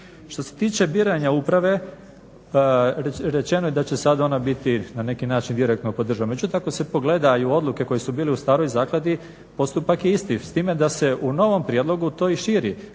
Što se tiče biranja uprave rečeno je da će sad ona biti na neki način direktno podržana, međutim ako se pogledaju odluke koje su bile u staroj zakladi postupak je isti. S time da se u novom prijedlogu to i širi